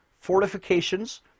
fortifications